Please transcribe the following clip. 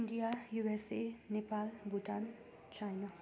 India USA Nepal Bhutan China